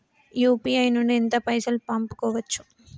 UPI నుండి ఎంత పైసల్ పంపుకోవచ్చు?